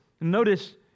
Notice